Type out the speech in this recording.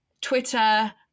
Twitter